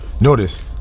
Notice